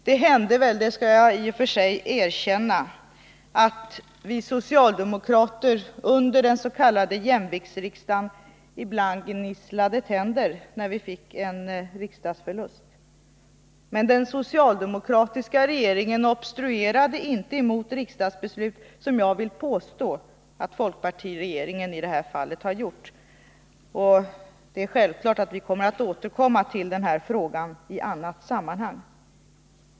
Det hände väl — det skall jag i och för sig erkänna — att vi socialdemokrater under den s.k. jämviktsriksdagen ibland gnisslade tänder när vi fick en riksdagsförlust. Men den socialdemokratiska regeringen obstruerade inte mot riksdagsbeslut, som jag vill påstå att folkpartiregeringen i det här fallet gjorde. Det är självklart att vi skall återkomma till den här frågan i annat sammanhang.